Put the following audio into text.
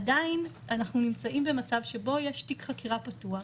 עדיין אנחנו נמצאים במצב שבו יש תיק חקירה פתוח,